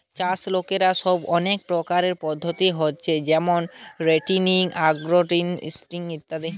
চাষ কোরার সময় অনেক প্রকারের পদ্ধতি হচ্ছে যেমন রটেটিং, আগ্রফরেস্ট্রি ইত্যাদি